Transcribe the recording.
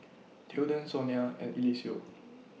Tilden Sonia and Eliseo